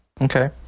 Okay